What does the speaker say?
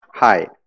Hi